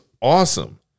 awesome